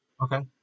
Okay